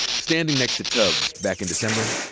standing next to tubbs back in december,